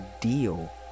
deal